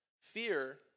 Fear